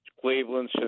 Cleveland